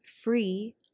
free